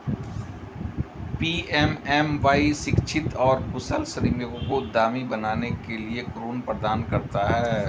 PMMY शिक्षित और कुशल श्रमिकों को उद्यमी बनने के लिए ऋण प्रदान करता है